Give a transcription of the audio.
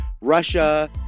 Russia